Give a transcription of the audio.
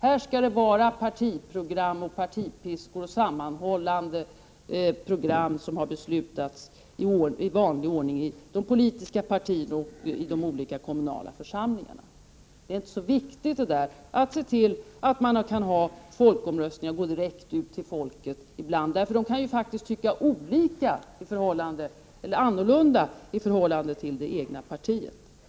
Här skall det vara partiprogram och partipiskor och sammanhållande program som beslutats i vanlig ordning i de politiska partierna och de olika kommunala församlingarna. Man anser tydligen inte att det är så viktigt att se till att kommunerna kan ha folkomröstningar och direkt fråga medborgarna vad de anser. Medborgarna kan ju ha en annan uppfattning än det egna partiet.